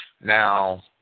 Now